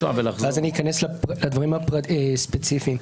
ואז אני אכנס לדברים הספציפיים.